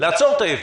לעצור את הייבוא?